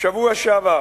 בשבוע שעבר